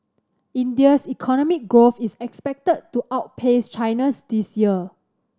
India's economic growth is expected to outpace China's this year